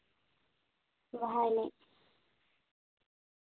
ᱥᱚᱨᱦᱟᱭ ᱮᱱᱮᱡ